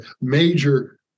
major